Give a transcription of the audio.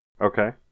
Okay